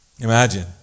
Imagine